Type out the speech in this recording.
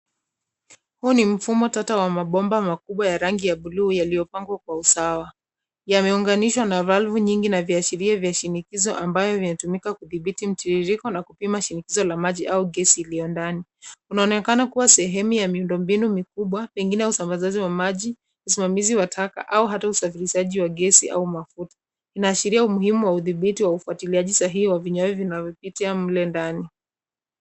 Huu ni mfumo tata wa mabomba makubwa ya rangi ya blue yaliyopangwa kwa usawa. Yameunganishwa na valve nyingi na viashiria vya shinikizo ambayo vimetumika kudhibiti mtiririko na kupima shinikizo la maji au gesi iliyo ndani. Unaonekana kuwa sehemu ya miundombinu mikubwa, pengine usambazaji wa maji, usimamizi wa taka au hata usafirishaji wa gesi au mafuta. Inaashiria umuhimu wa udhibiti wa ufuatiliaji sahihi wa vinywaji vinavyopitia mle ndani.